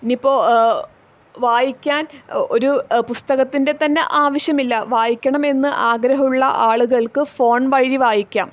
ഇപ്പോൾ വായിക്കാൻ ഒരു പുസ്തകത്തിൻ്റെ തന്നെ ആവിശ്യമില്ല വായിക്കണം എന്ന് ആഗ്രഹമുള്ള ആളുകൾക്ക് ഫോൺ വഴി വായിക്കാം